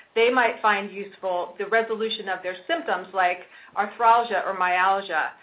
they might find useful the resolution of their symptoms, like arthralgias or myalgias,